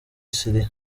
syria